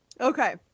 Okay